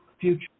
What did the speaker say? future